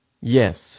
Yes